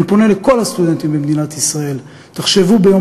אני פונה אל כל הסטודנטים במדינת ישראל: תחשבו ביום